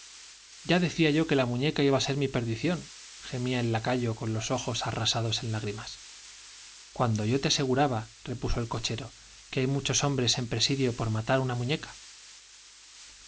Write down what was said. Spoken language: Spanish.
ya decía yo que la muñeca iba á ser mi per dición gemía el lacayo con los ojos arrasados en lágrimas j cuando yo te aseguraba repuso el cochero que hay muchos hombres e presidio por matar á una muñeca